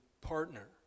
partner